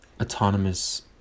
autonomous